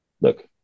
look